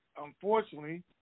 unfortunately